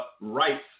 rights